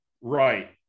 Right